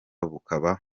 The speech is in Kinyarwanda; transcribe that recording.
bukaba